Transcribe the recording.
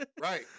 right